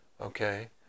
Okay